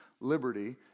liberty